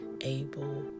able